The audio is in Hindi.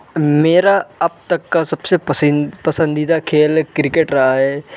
मेरा अब तक का सबसे पसीन पसंदीदा खेल क्रिकेट रहा है